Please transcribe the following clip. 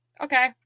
Okay